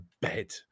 bed